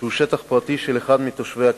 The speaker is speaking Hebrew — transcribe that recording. שהוא שטח פרטי של אחד מתושבי הכפר.